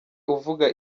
uvuga